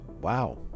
wow